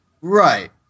Right